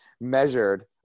measured